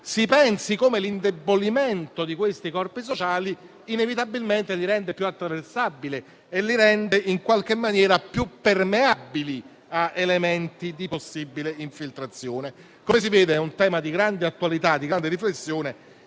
di criminalità. L'indebolimento di questi corpi sociali inevitabilmente li rende più attraversabili e in qualche maniera più permeabili a elementi di possibile infiltrazione. Come si vede, è un tema di grande attualità e di grande riflessione